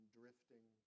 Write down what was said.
drifting